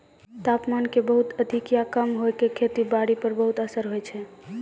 तापमान के बहुत अधिक या कम होय के खेती बारी पर बहुत असर होय छै